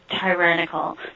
tyrannical